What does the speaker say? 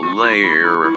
layer